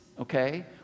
Okay